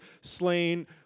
slain